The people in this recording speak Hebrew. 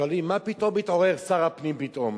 שואלים: מה פתאום התעורר שר הפנים פתאום?